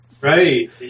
Right